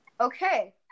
Okay